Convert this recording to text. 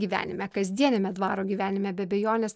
gyvenime kasdieniame dvaro gyvenime be abejonės